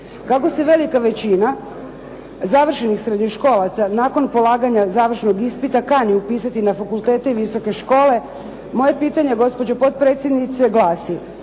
Kako se velika većina završenih srednjoškolaca, nakon polaganja završnog ispita, kani upisati na fakultete i visoke škole, moje pitanje gospođo potpredsjednice glasi: